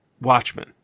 Watchmen